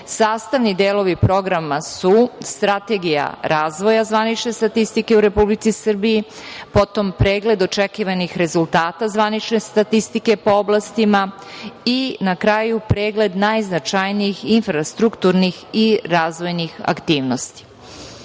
Srbije. Sastavni delovi programa su – strategija razvoja zvanične statistike u Republici Srbiji, potom pregled očekivanih rezultata zvanične statistike po oblastima i na kraju pregled najznačajnijih infrastrukturnih i razvojnih aktivnosti.